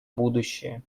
будущее